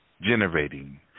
Generating